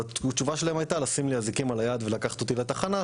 התשובה שלהם הייתה לשים לי אזיקים על היד ולקחת אותי לתחנה.